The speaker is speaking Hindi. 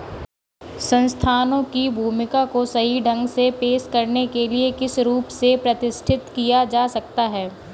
संस्थानों की भूमिका को सही ढंग से पेश करने के लिए किस रूप से प्रतिष्ठित किया जा सकता है?